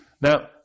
Now